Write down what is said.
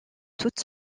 toute